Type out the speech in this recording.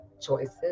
choices